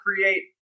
create